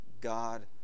God